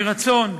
יהי רצון שאנחנו,